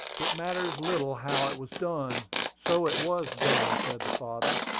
it matters little how it was done, so it was done, said the father.